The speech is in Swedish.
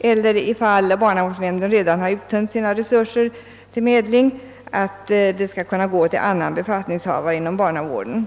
eller, i fall där barnavårdsnämnden redan har uttömt sina resurser, till annan befattningshavare inom barnavården.